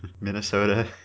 Minnesota